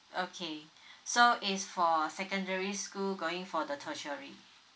okay so it's for secondary school going for the tertiary